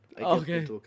okay